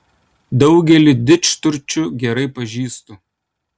daugelį didžturčių gerai pažįstu